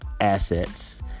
assets